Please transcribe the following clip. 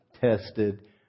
tested